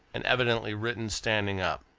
and evidently written standing up.